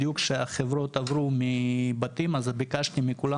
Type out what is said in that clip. בדיוק שהחברות עברו מבתים אז ביקשתי מכולם